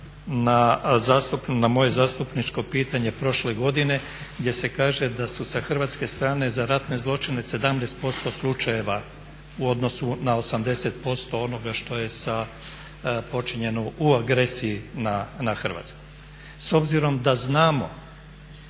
na moje zastupničko pitanje prošle godine gdje se kaže da su sa hrvatske strane za ratne zločine 17% slučajeva u odnosu na 80% onoga što je sa počinjeno u agresiji na Hrvatsku. S obzirom da znamo